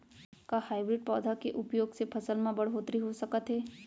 का हाइब्रिड पौधा के उपयोग से फसल म बढ़होत्तरी हो सकत हे?